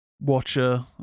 watcher